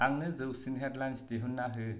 आंनो जौसिन हेडलाइन्स दिहुनना हो